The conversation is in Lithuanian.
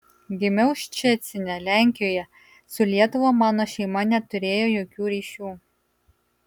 gimiau ščecine lenkijoje su lietuva mano šeima neturėjo jokių ryšių